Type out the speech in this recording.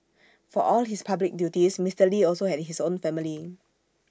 for all his public duties Mister lee also had his own family